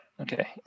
okay